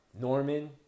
Norman